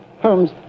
Holmes